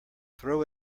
throw